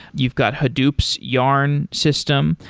you've got hadoop's yarn system.